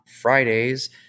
Fridays